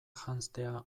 janztea